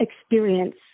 experience